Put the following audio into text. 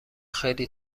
خیلی